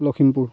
Lakhimpur